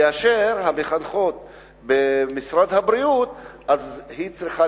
כאשר המחנכות של משרד החינוך צריכות